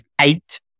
eight